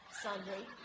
Sunday